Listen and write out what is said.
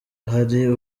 hari